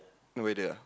no weather ah